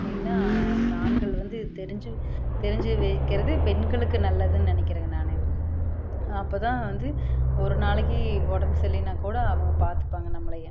மெய்னாக ஆண்கள் வந்து தெரிஞ்சு தெரிஞ்சு வைக்கிறது பெண்களுக்கு நல்லதுன்னு நினைக்கிறேங்க நான் அப்போ தான் வந்து ஒரு நாளைக்கு உடம்பு சரியிலைன்னா கூட அவங்க பார்த்துப்பாங்க நம்மளைய